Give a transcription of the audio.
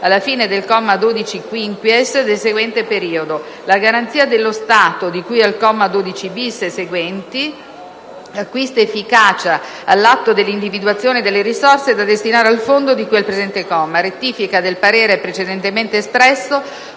alla fine del comma 12-*quinquies*, del seguente periodo: "La garanzia dello Stato di cui al comma 12-*bis* e seguenti acquista efficacia all'atto dell'individuazione delle risorse da destinare al Fondo di cui al presente comma.". A rettifica del parere precedentemente espresso,